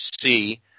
see